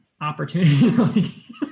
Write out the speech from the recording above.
opportunity